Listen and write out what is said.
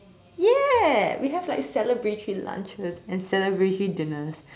ya we have like celebratory lunches and celebratory dinners